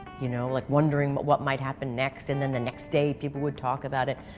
you know like wondering but what might happen next, and then the next day, people would talk about it.